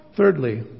Thirdly